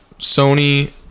Sony